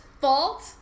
fault